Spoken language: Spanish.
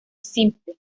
simple